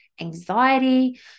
anxiety